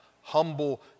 Humble